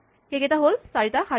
সেইকেইটা হ'ল চাৰিটা শাৰী